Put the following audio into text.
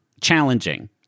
challenging